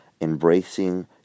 embracing